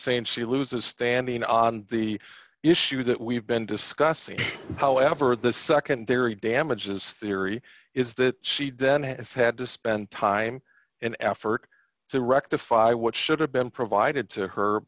saying she loses standing on the issue that we've been discussing however the secondary damages theory is that she den has had to spend time and effort to rectify what should have been provided to her